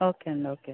okay అండి okay